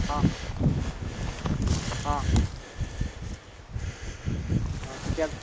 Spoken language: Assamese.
অঁ অঁ অঁ তেতিয়া